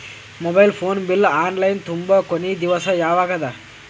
Mobile phone bill online ತುಂಬೊ ಕೊನಿ ದಿವಸ ಯಾವಗದ?